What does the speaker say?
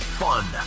fun